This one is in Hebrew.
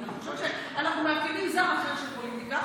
אני חושבת שאנחנו מאפיינים זן אחר של פוליטיקה.